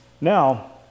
Now